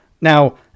Now